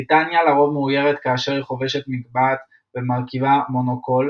בריטניה לרוב מאוירת כאשר היא חובשת מגבעת ומרכיבה מונוקול,